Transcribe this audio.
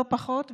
לא פחות,